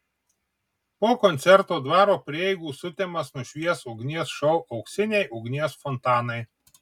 po koncerto dvaro prieigų sutemas nušvies ugnies šou auksiniai ugnies fontanai